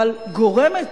אבל גורמת